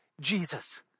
Jesus